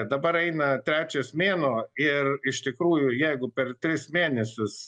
dabar eina trečias mėnuo ir iš tikrųjų jeigu per tris mėnesius